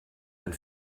ein